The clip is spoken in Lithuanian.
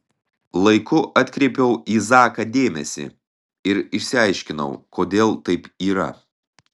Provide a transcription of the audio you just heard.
laiku atkreipiau į zaką dėmesį ir išsiaiškinau kodėl taip yra